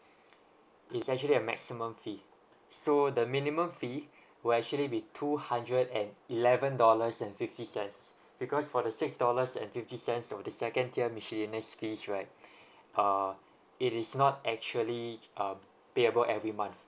it's actually a maximum fee so the minimum fee will actually be two hundred and eleven dollars and fifty cents because for the six dollars and fifty cents with the second tier miscellaneous fees right uh it is not actually uh payable every month